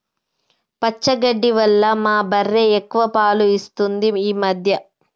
పచ్చగడ్డి వల్ల మా బర్రె ఎక్కువ పాలు ఇస్తుంది ఈ మధ్య